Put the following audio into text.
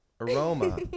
Aroma